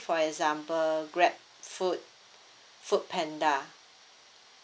for example grab food FoodPanda